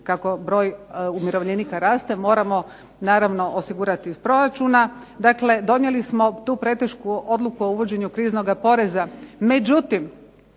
kako broj umirovljenika raste, moramo naravno osigurati iz proračuna. Dakle, donijeli smo tu pretešku odluku o uvođenju kriznoga poreza.